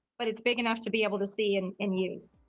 but it's big enough to be able to see and and use.